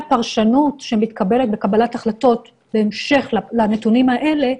הפרשנות שמתקבלת בקבלת החלטות בהמשך לנתונים האלה,